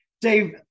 Dave